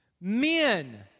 Men